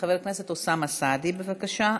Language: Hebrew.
חבר הכנסת אוסאמה סעדי, בבקשה.